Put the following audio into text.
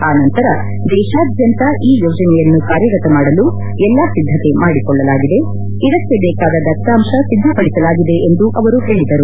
ಆ ನಂತರ ದೇಶಾದ್ಯಂತ ಈ ಯೋಜನೆಯನ್ನು ಕಾರ್ಯಗತ ಮಾಡಲು ಎಲ್ಲಾ ಸಿದ್ದತೆ ಮಾಡಿಕೊಳ್ಳಲಾಗಿದೆ ಇದಕ್ಕೆ ಬೇಕಾದ ದತ್ತಾಂಶ ಸಿದ್ದಪಡಿಸಲಾಗಿದೆ ಎಂದು ಅವರು ಹೇಳಿದರು